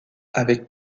avec